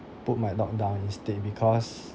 put my dog down instead because